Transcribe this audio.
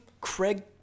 Craig